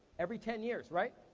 every ten years, right?